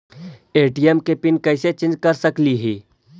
ATM के pin कैसे change कर सकली ही?